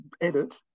edit